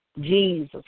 Jesus